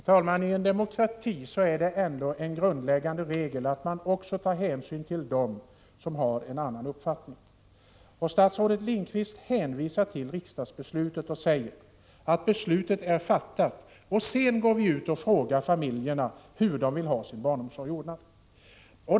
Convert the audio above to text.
Herr talman! I en demokrati är det ändå en grundläggande regel att också ta hänsyn till dem som har en annan uppfattning. Statsrådet Lindqvist hänvisar till riksdagsbeslutet och säger att beslutet är fattat och går sedan ut och frågar familjerna hur de vill ha sin barnomsorg ordnad.